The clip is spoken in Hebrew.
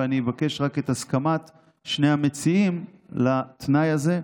ואני אבקש רק את הסכמת שני המציעים לתנאי הזה.